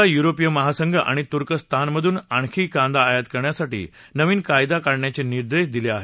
ला युरोपीय महासंघ आणि तुर्कस्थानमधून आणखी कांदा आयात करण्यासाठी नवीन निविदा काढण्याचे निर्देश दिले आहेत